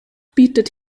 bietet